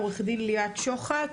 עורכת דין ליאת שוחט.